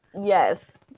Yes